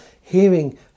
Hearing